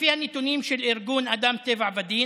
לפי הנתונים של ארגון אדם טבע ודין,